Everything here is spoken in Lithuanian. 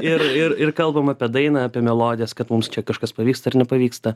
ir ir ir kalbam apie dainą apie melodijas kad mums čia kažkas pavyksta ir nepavyksta